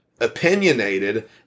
opinionated